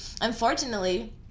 unfortunately